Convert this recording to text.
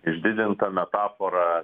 išdidinta metafora